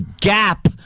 gap